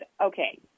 okay